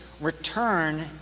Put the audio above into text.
return